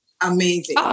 amazing